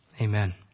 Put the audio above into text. Amen